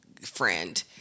friend